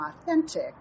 authentic